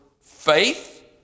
faith